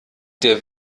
der